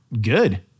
good